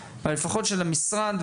אבל שלפחות למשרד,